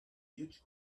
huge